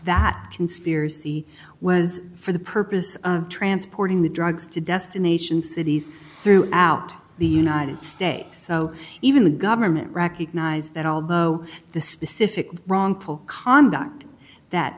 that conspiracy was for the purpose of transporting the drugs to destination cities throughout the united states even the government recognize that although the specific wrongful conduct that